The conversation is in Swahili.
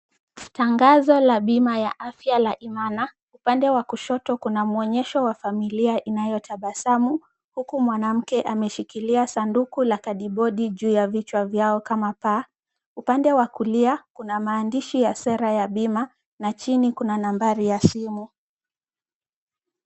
Tangazo la bima ya afya la Imana, upande wa kushoto kuna muonyesho wa familia inayotabasamu huku mwanamke ameshikilia sanduku la kadibodi juu ya vichwa vyao kama paa, upande wa kulia kuna maandishi ya sera ya bima na chini kuna nambari ya simu.